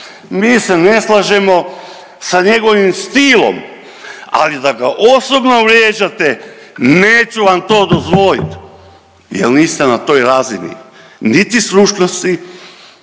mi se ne slažemo sa njegovim stilom, ali da ga osobno vrijeđate neću vam to dozvolit jel niste na toj razini niti stručnosti,